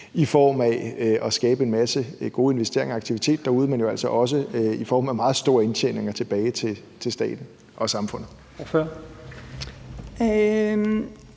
i form af at skabe en masse gode investeringer og aktivitet derude, men jo altså også i form af meget store indtjeninger tilbage til staten og samfundet. Kl.